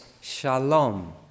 Shalom